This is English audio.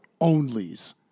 onlys